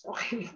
Okay